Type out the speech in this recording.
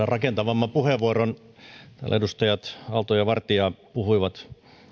rakentavamman puheenvuoron täällä edustajat aalto ja vartia puhuivat